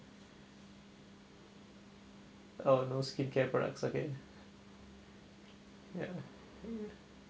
uh no skincare products okay ya